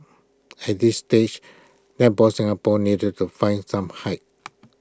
at this stage netball Singapore needed to find some height